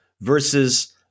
versus